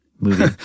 movie